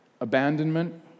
abandonment